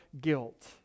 guilt